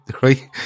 right